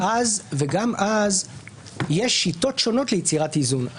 -- וגם אז יש שיטות שונות ליצירת איזון.